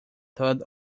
third